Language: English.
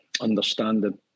understanding